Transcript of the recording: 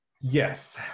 yes